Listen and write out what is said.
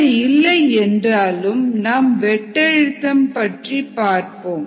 அப்படி இல்லை என்றாலும் நாம் வெட்டழுத்தம் பற்றி பார்ப்போம்